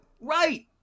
Right